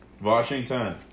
Washington